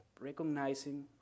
Recognizing